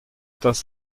das